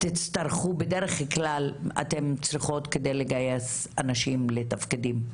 שתצטרכו כדי לגייס אנשים לתפקידים?